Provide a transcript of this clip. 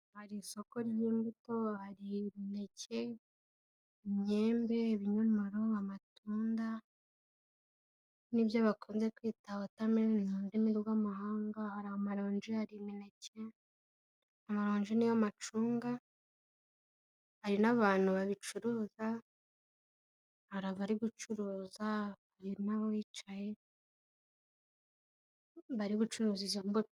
Hari isoko ririmo imbuto hari imineke, imyembe, ibinyomoro, amatunda nibyo bakunze kwita wotameroni mururimi rwamahanga , hari amaronji, hari imineke, amaronji niyomacunga, hari nabantu babicuruza, hari abari gucuruza, hari n'abicaye bari gucuruza izo mbuto.